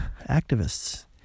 activists